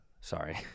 Sorry